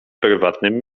prywatnym